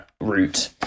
route